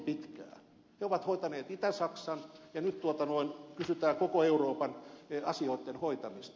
he ovat hoitaneet itä saksan ja nyt kysytään koko euroopan asioitten hoitamista